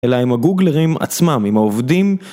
אלא אם הגוגלרים עצמם, אם העובדים.